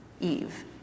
Eve